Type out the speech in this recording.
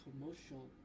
commercial